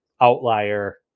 outlier